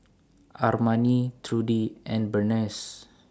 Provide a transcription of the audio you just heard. Armani Trudi and Berneice